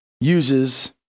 uses